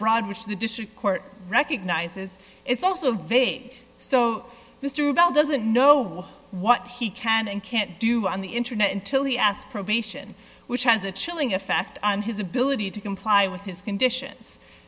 broad which the district court recognizes it's also a v a so mr bell doesn't know what he can and can't do on the internet until he asked probation which has a chilling effect on his ability to comply with his conditions